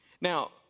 Now